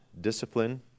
discipline